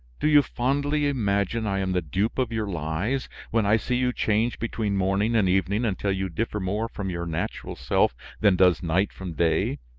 do you fondly imagine i am the dupe of your lies? when i see you change between morning and evening until you differ more from your natural self than does night from day,